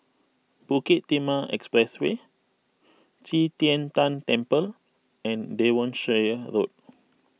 Bukit Timah Expressway Qi Tian Tan Temple and Devonshire Road